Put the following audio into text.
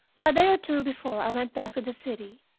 a day or two before i went back to the city,